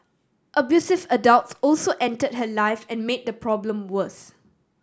abusive adults also entered her life and made the problem worse